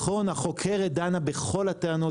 יש בדיוק בשביל זה את החוקרת שדנה בכל הטענות.